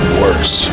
worse